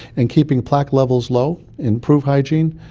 and keeping plaque levels low, improve hygiene,